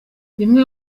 bimwe